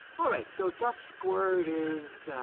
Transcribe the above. all right, so duskward is